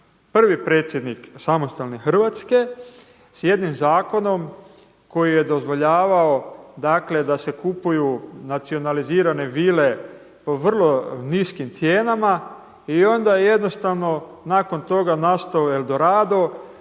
prvi predsjednik samostalne Hrvatske s jednim zakonom koji je dozvoljavao da se kupuju nacionalizirane vile po vrlo niskim cijenama i onda nakon toga je nastao eldorado